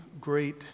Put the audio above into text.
great